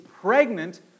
pregnant